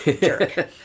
jerk